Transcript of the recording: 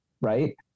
right